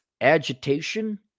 agitation